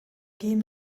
gehen